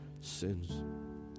sins